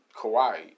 Kawhi